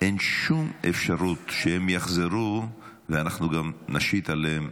אין שום אפשרות שהם יחזרו ואנחנו עוד נשית עליהם,